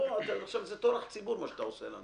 מה שאתה עושה לנו זה טורח ציבור.